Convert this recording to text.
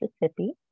Mississippi